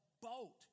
boat